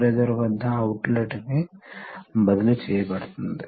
proportional వాల్వ్ను ఉపయోగించడం కొన్నిసార్లు ప్రయోజనం ఉంటుంది